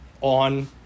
on